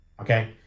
Okay